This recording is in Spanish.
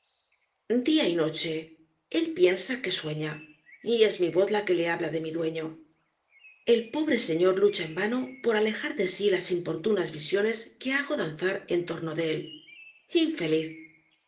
día y noche él piensa que sueña y es mi voz la que le habla de mi dueño el pobre señor lucha en vano por alejar de sí las importunas visiones que hago danzar en torno de él